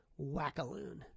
wackaloon